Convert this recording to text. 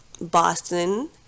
Boston